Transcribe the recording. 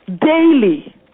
daily